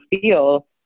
feel